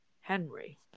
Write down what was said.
Henry